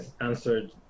answered